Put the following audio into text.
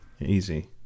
Easy